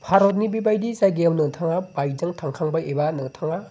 भारतनि बेबायदि जायगायाव नोंथाङा बाइकजों थांखांबाय एबा नोंथाङा